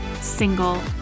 single